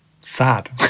sad